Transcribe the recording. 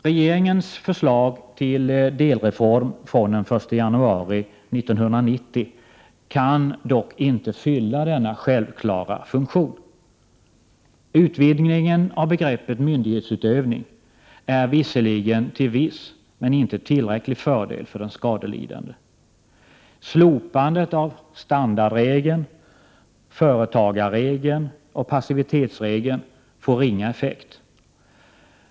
Regeringens förslag till delreform från den 1 januari 1990 kan dock inte fylla denna självklara funktion. Utvidgningen av begreppet myndighetsutövning är visserligen till viss men inte tillräcklig fördel för den skadelidande. Slopandet av standardregeln, företagarregeln och passivitetsregeln får ringa effekt.